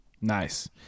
Nice